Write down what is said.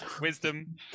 Wisdom